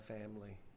family